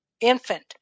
infant